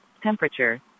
Temperature